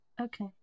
Okay